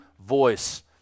voice